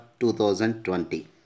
2020